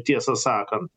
tiesą sakan